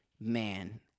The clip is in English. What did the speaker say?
man